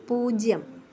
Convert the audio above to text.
പൂജ്യം